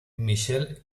michelle